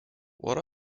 what